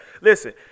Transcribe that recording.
listen